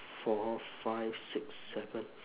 four five six seven